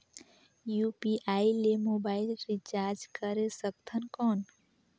UPI ले mobile recharge करे सकथन कौन?